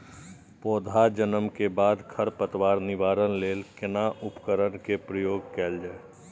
पौधा जन्म के बाद खर पतवार निवारण लेल केना उपकरण कय प्रयोग कैल जाय?